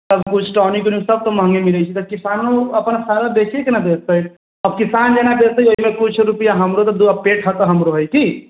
सभ कुछ टोनिक ओनिक सभतऽ महगे मिलै छै तऽ किसानो अपन फायदा देखिएके ने बेचतै आब किसान जेना बेचतै ओहिमे किछु रुपैआ हमरो तऽ दू पेट भरैके तऽ हमरो हइ की